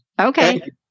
Okay